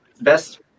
best